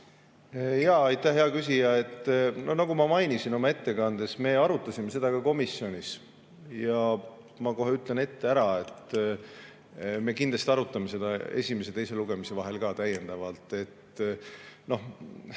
Aitäh, hea küsija! Nagu ma mainisin oma ettekandes, me arutasime seda ka komisjonis. Ma ütlen kohe ette ära, et me kindlasti arutame seda esimese ja teise lugemise vahel täiendavalt. Kui